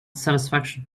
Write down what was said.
satisfaction